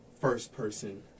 first-person